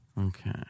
Okay